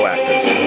Actors